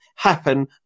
happen